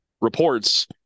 reports